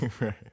Right